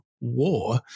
war